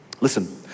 Listen